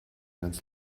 ganz